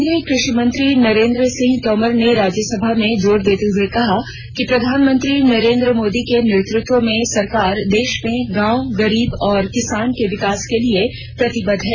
केंद्रीय कृषि मंत्री नरेंद्र सिंह तोमर ने राज्यसभा में जोर देते हुए कहा है कि प्रधानमंत्री नरेंद्र मोदी के नेतृत्व में सरकार देश में गांव गरीब और किसान के विकास के लिए प्रतिबद्ध है